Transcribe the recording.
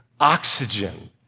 Oxygen